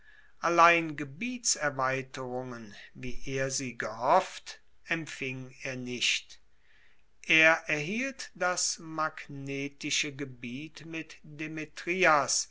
allein gebietserweiterungen wie er sie gehofft empfing er nicht er erhielt das magnetische gebiet mit demetrias